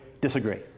disagree